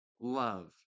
love